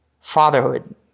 fatherhood